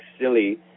silly